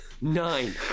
Nine